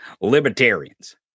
Libertarians